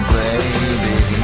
baby